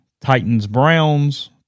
Titans-Browns